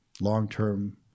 long-term